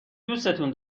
دوستون